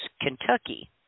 kentucky